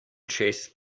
chased